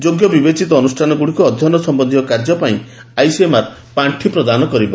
ଯୋଗ୍ୟ ବିବେଚିତ ଅନୁଷ୍ଠାନଗୁଡ଼ିକୁ ଅଧ୍ୟୟନ ସମ୍ଭନ୍ଧୀୟ କାର୍ଯ୍ୟ ପାଇଁ ଆଇସିଏମ୍ଆର୍ ପାଣ୍ଡି ପ୍ରଦାନ କରିବ